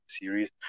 series